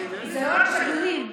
זה לא רק שגרירים,